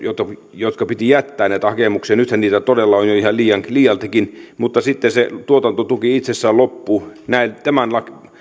mennessä piti jättää näitä hakemuksia nythän niitä todella on jo ihan liialtikin niin se tuotantotuki itsessään loppuu tämän